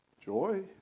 joy